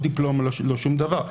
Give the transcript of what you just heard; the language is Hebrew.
לא דיפלומה ולא שום דבר.